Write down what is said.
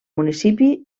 municipi